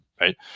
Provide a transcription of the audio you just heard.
right